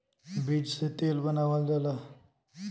बीज से तेल बनावल जाला